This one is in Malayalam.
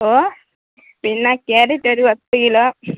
വോ പിന്നെ കാരറ്റ് ഒരു പത്ത് കിലോ